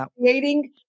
creating